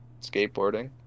skateboarding